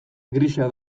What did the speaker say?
grisa